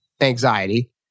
anxiety